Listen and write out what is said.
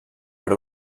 per